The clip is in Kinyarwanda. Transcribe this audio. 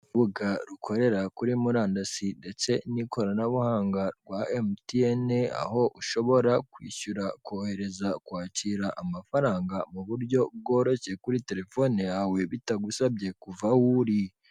Urubuga rukorera kuri murandasi ndetse n'ikoranabuhanga rwa MTN, aho ushobora kwishyura, kohereza, kwakira amafaranga mu buryo bworoshye kuri telefone yawe bitagusabye kuva aho uri.